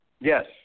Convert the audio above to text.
Yes